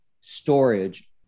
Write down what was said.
storage